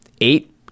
eight